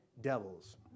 devils